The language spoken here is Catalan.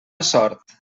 sort